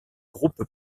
groupe